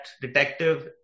detective